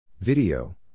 Video